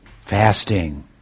fasting